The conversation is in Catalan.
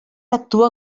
actua